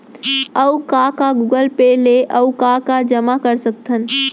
अऊ का का गूगल पे ले अऊ का का जामा कर सकथन?